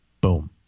Boom